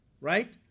right